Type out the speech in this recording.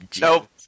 Nope